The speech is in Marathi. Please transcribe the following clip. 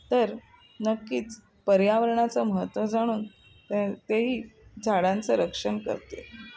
तर नक्कीच पर्यावरणाचं महत्त्व जाणून त्या तेही झाडांचं रक्षण करते